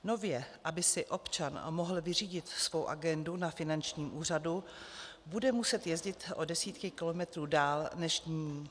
Nově, aby si občan mohl vyřídit svou agendu na finančním úřadu, bude muset jezdit o desítky kilometrů dále než nyní.